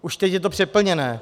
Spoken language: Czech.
Už teď je to přeplněné.